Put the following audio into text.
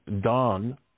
dawn